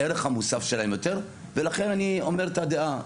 הערך המוסף שלהם יותר ולכן אני אומר את הדעה.